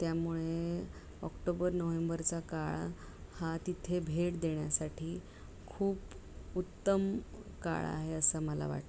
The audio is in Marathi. त्यामुळे ऑक्टोबर नोहेम्बरचा काळ हा तिथे भेट देण्यासाठी खूप उत्तम काळ आहे असं मला वाटतं